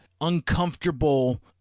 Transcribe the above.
uncomfortable